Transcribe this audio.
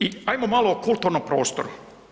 I ajmo malo o kulturnom prostoru.